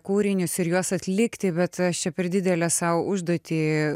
kūrinius ir juos atlikti bet aš čia per didelę sau užduotį